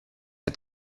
est